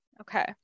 okay